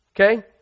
Okay